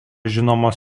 žinomos